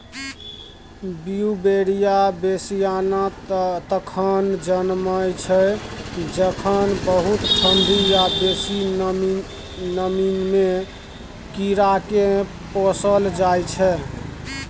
Beauveria bassiana तखन जनमय छै जखन बहुत ठंढी या बेसी नमीमे कीड़ाकेँ पोसल जाइ छै